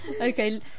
Okay